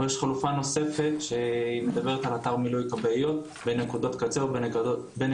יש חלופה נוספת שמדברת על אתר מילוי כבאיות בנקודות קצה ובנקודות